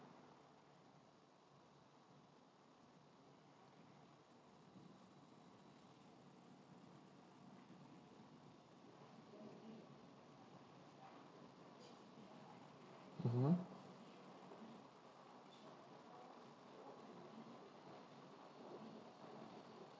mmhmm